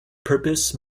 purpose